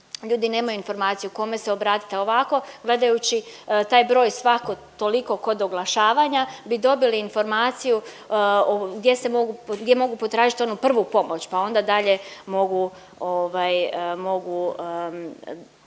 ljudi nemaju informaciju kome se obratiti. A ovako gledajući taj broj svako toliko kod oglašavanja bi dobili informaciju gdje se mogu, gdje mogu potražiti onu prvu pomoć pa onda dalje mogu